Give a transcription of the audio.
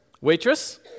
Waitress